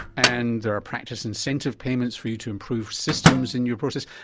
and there are practice incentive payments for you to improve systems in your process,